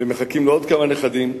ומחכים לעוד כמה נכדים.